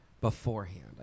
beforehand